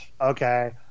Okay